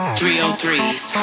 303s